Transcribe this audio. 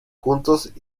juntos